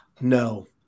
no